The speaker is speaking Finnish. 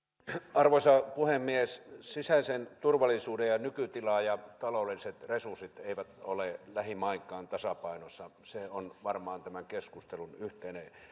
arvoisa puhemies sisäisen turvallisuuden nykytila ja taloudelliset resurssit eivät ole lähimainkaan tasapainossa se on varmaan tämän keskustelun yhteinen